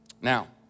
Now